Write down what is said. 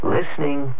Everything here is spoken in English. Listening